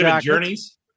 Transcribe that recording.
Journeys